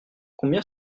combien